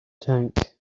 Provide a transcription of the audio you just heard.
tank